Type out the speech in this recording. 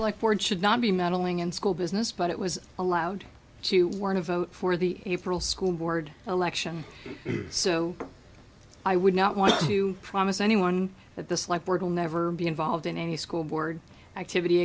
like ford should not be meddling in school business but it was allowed to warn a vote for the april school board election so i would not want to promise anyone that this life were gone never be involved in any school board activity